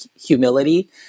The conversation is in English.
humility